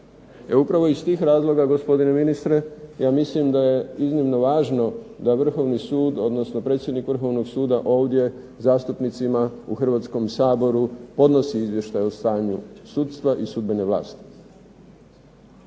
Upravo iz tih razloga gospodine ministre ja mislim da je iznimno važno da Vrhovni sud, odnosno predsjednik Vrhovnog suda ovdje zastupnicima u Hrvatskom saboru podnosi izvještaj o stanju sudstva i sudbene vlasti.